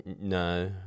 No